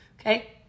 Okay